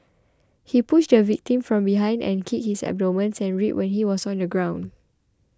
he pushed the victim from behind and kicked his abdomen and ribs when he was on the ground